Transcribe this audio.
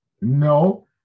no